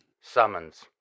Summons